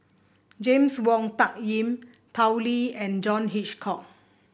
James Wong Tuck Yim Tao Li and John Hitchcock